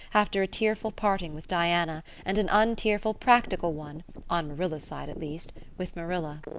after a tearful parting with diana and an untearful practical one on marilla's side at least with marilla.